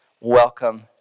Welcome